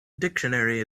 dictionary